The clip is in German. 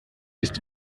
ist